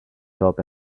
top